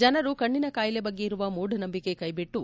ಜನರು ಕಣ್ಣಿನ ಕಾಯಿಲೆ ಬಗ್ಗೆ ಇರುವ ಮೂಢನಂಬಿಕೆ ಕೈಬಿಟ್ಟು